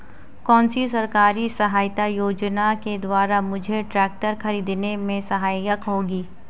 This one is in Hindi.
कौनसी सरकारी सहायता योजना के द्वारा मुझे ट्रैक्टर खरीदने में सहायक होगी?